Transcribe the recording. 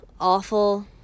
awful